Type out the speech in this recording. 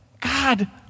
God